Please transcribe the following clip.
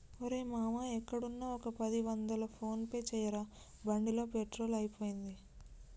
రేయ్ మామా ఎక్కడున్నా ఒక పది వందలు ఫోన్ పే చేయరా బండిలో పెట్రోల్ అయిపోయింది